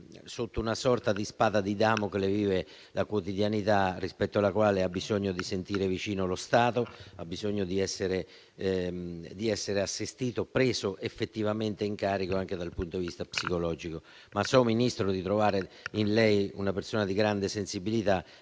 sotto una sorta di spada di Damocle, rispetto alla quale ha bisogno di sentire vicino lo Stato, ha bisogno di essere assistito e preso effettivamente in carico anche dal punto di vista psicologico. So, Ministro, di trovare in lei una persona di grande sensibilità